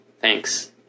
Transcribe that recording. Thanks